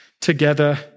together